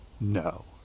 no